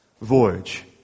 voyage